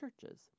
churches